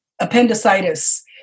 appendicitis